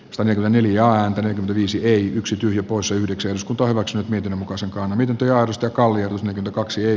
kanerva neljä a viisi een yksi tyhjä poissa yhdeksän s kutoivat miten muka se miten työ josta kallio t kaksi